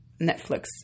Netflix